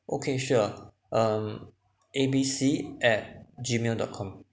okay sure um A_B_C at gmail dot com